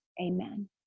Amen